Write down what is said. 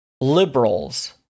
liberals